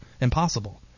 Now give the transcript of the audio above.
impossible